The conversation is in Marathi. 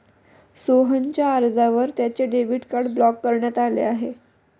सोहनच्या अर्जावर त्याचे डेबिट कार्ड ब्लॉक करण्यात आले आहे